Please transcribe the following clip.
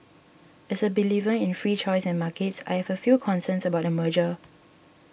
as a believer in free choice and markets I have few concerns about the merger